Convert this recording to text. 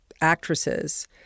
actresses